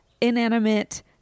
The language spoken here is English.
inanimate